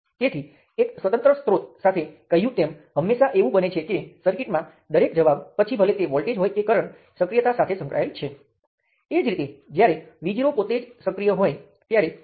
તેથી આ વિસ્તરણ છે તમે શું સબસ્ટીટ્યૂટ કરશો તે એક ઘટક હોવું જરૂરી નથી તેજ વાત છે જે હું અહીં સમજાવવાનો પ્રયાસ કરું છું